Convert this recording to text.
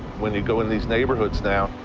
when you go in these neighborhoods now,